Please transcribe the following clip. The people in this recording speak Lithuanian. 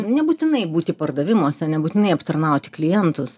nebūtinai būti pardavimuose nebūtinai aptarnauti klientus